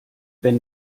wenn